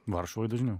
varšuvoj dažniau